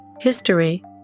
History